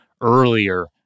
earlier